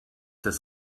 das